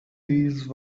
these